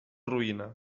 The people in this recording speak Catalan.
roïna